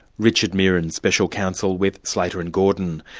richard meeran, special counsel with slater and gordon.